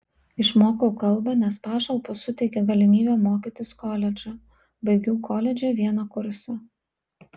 išmokau kalbą nes pašalpos suteikia galimybę mokytis koledže baigiau koledže vieną kursą